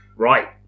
Right